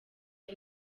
aba